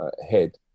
ahead